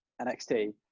NXT